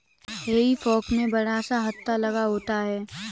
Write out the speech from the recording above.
हेई फोक में बड़ा सा हत्था लगा होता है